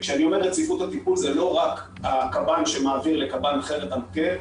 וכשאני אומר רציפות הטיפול זה לא רק הקב"ן שמעביר לקב"ן אחר את המקל,